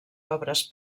obres